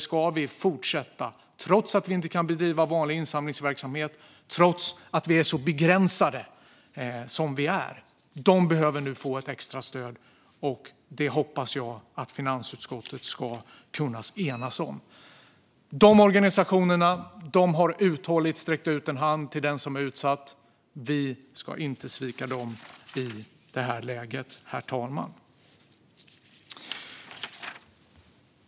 Ska vi fortsätta trots att vi inte kan bedriva vanlig insamlingsverksamhet och trots att vi är så begränsade som vi är? De behöver nu få ett extra stöd, och det hoppas jag att finansutskottet ska kunna enas om. Dessa organisationer har uthålligt sträckt ut en hand till dem som är utsatta. Vi ska inte svika dem i detta läge, herr talman.